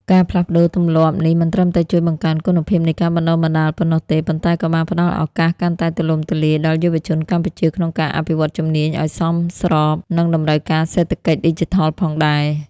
ការផ្លាស់ប្តូរទម្លាប់នេះមិនត្រឹមតែជួយបង្កើនគុណភាពនៃការបណ្តុះបណ្តាលប៉ុណ្ណោះទេ ប៉ុន្តែក៏បានផ្តល់ឱកាសកាន់តែទូលំទូលាយដល់យុវជនកម្ពុជាក្នុងការអភិវឌ្ឍជំនាញឱ្យសមស្របនឹងតម្រូវការសេដ្ឋកិច្ចឌីជីថលផងដែរ។